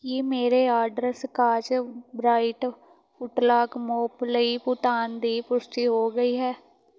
ਕੀ ਮੇਰੇ order Scotch Brite ਫੁੱਟਲਾਕ mop ਲਈ ਭੁਗਤਾਨ ਦੀ ਪੁਸ਼ਟੀ ਹੋ ਗਈ ਹੈ